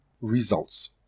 Results